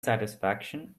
satisfaction